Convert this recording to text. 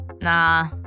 nah